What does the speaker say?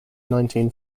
nineteen